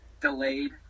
delayed